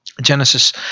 Genesis